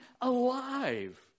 alive